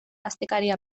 astekaria